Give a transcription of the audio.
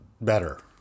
better